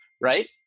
right